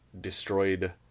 destroyed